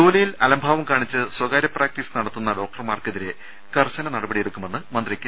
ജോലിയിൽ അലംഭാവം കാണിച്ച് സ്വകാര്യ പ്രാക്ടീസ് നടത്തുന്ന ഡോക്ടർമാർക്കെതിരെ കർശന നടപടിയെടുക്കുമെന്ന് മന്ത്രി കെ